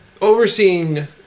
overseeing